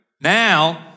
Now